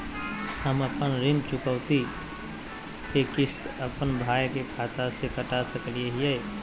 हम अपन ऋण चुकौती के किस्त, अपन भाई के खाता से कटा सकई हियई?